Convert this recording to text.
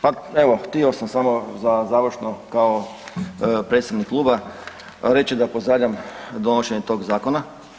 Pa evo htio bih samo da završno kao predstavnik kluba reći da pozdravljam donošenje tog zakona.